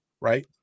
right